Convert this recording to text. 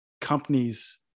companies